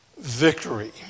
Victory